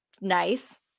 nice